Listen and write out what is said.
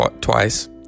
Twice